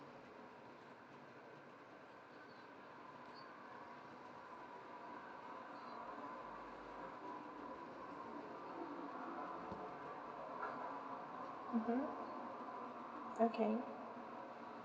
mmhmm okay